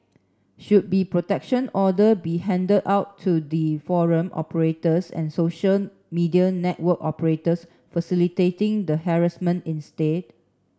should be protection order be handed out to the forum operators and social media network operators facilitating the harassment instead